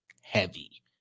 Heavy